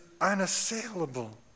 unassailable